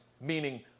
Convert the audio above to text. meaning